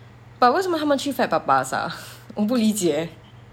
but 为什么他们去 fat papas ah 我很不理解